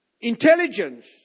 intelligence